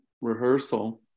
rehearsal